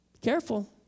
Careful